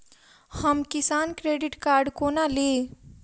हम किसान credit card कोना ली?